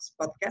podcast